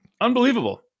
unbelievable